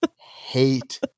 hate